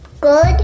Good